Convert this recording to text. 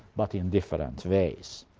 but in different ways.